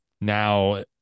now